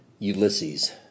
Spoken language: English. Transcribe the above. Ulysses